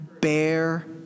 Bear